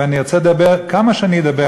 ואני ארצה לדבר כמה שאני אדבר,